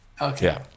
Okay